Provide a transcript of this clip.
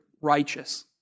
righteous